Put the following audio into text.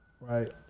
right